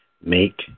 Make